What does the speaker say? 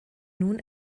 nun